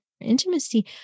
intimacy